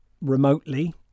remotely